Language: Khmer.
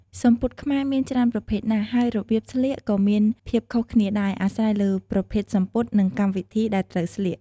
សំពត់ខ្មែរមានច្រើនប្រភេទណាស់ ហើយរបៀបស្លៀកក៏មានភាពខុសគ្នាដែរ អាស្រ័យលើប្រភេទសំពត់ និងកម្មវិធីដែលត្រូវស្លៀក។